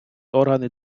органи